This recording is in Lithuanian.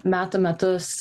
metų metus